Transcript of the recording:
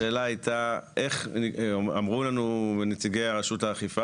השאלה הייתה איך אמרו לנו נציגי הרשות לאכיפה